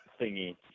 thingy